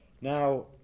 Now